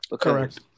Correct